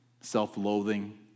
self-loathing